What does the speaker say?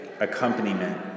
accompaniment